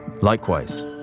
Likewise